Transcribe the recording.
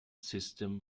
system